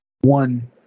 one